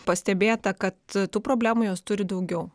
pastebėta kad tų problemų jos turi daugiau